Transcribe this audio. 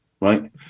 right